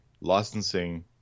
licensing